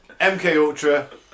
MKUltra